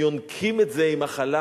הם יונקים את זה עם החלב,